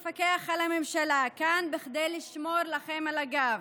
הגורם המפקח על הממשלה כאן כדי לשמור לכם על הגב.